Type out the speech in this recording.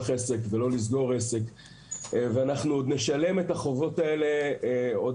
עסק ולא לסגור עסק ואנחנו עוד נשלם את החובות האלה עוד